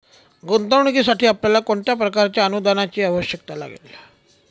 गुंतवणुकीसाठी आपल्याला कोणत्या प्रकारच्या अनुदानाची आवश्यकता लागेल?